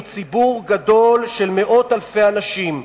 הוא ציבור גדול של מאות אלפי אנשים.